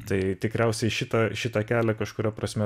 tai tikriausiai šitą šitą kelią kažkuria prasme